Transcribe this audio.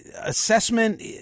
assessment